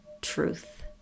truth